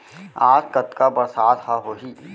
आज कतका बरसात ह होही?